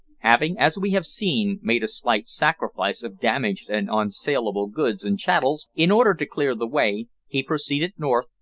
having, as we have seen, made a slight sacrifice of damaged and unsaleable goods and chattels, in order to clear the way, he proceeded north,